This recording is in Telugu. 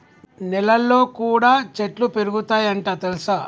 నెలల్లో కూడా చెట్లు పెరుగుతయ్ అంట తెల్సా